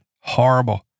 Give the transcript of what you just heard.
Horrible